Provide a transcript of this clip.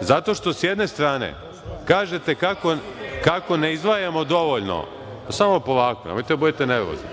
Zato što s jedne strane kažete kako ne izdvajamo dovoljno, samo polako, nemojte da budete nervozni.